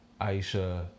Aisha